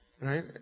Right